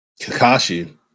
Kakashi